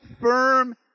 firm